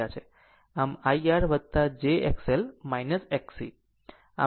આમ I R j XL Xc